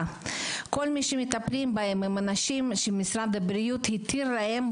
שכל מי שמטפלים בהם הם אנשים שמשרד הבריאות התיר להם,